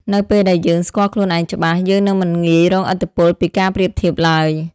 នៅពេលដែលយើងស្គាល់ខ្លួនឯងច្បាស់ យើងនឹងមិនងាយរងឥទ្ធិពលពីការប្រៀបធៀបឡើយ។